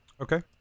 Okay